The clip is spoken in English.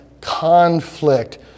conflict